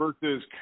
Versus